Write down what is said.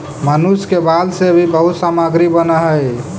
मनुष्य के बाल से भी बहुत सामग्री बनऽ हई